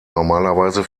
normalerweise